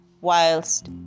whilst